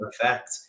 effect